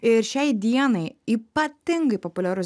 ir šiai dienai ypatingai populiarus